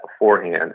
beforehand